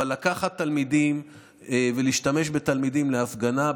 אבל לקחת תלמידים ולהשתמש בתלמידים להפגנה,